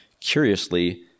Curiously